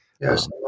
yes